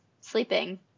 sleeping